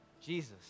Jesus